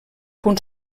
punt